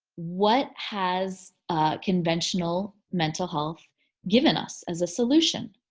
what has conventional mental health given us as a solution?